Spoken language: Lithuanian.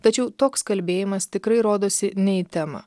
tačiau toks kalbėjimas tikrai rodosi ne į temą